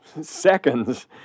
seconds